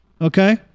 okay